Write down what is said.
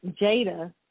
Jada